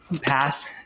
pass